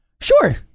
Sure